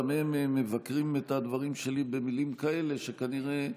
גם הם מבקרים את הדברים שלי במילים כאלה שכנראה יוצרות,